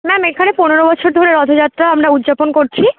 ma'am এখানে পনেরো বছর ধরে রথযাত্রা আমরা উদযাপন করছি